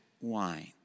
wine